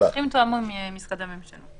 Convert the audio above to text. הנוסחים תואמו עם משרדי הממשלה,